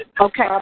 Okay